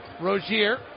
rogier